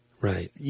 Right